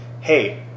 hey